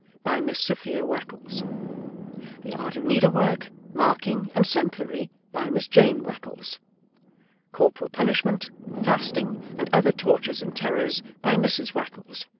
by miss sophia wackles the art of needle-work, marking, and samplery, by miss jane wackles corporal punishment, fasting, and other tortures and terrors, by mrs wackles.